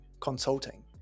consulting